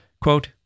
Quote